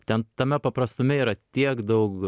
ten tame paprastume yra tiek daug